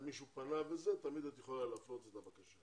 אם מישהו פנה וזה, תמיד את יכולה להפנות את הבקשה.